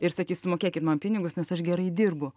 ir sakys sumokėkit man pinigus nes aš gerai dirbu